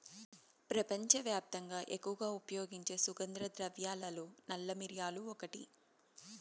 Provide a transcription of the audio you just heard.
ప్రపంచవ్యాప్తంగా ఎక్కువగా ఉపయోగించే సుగంధ ద్రవ్యాలలో నల్ల మిరియాలు ఒకటి